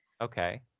okay